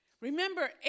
Remember